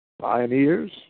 Pioneers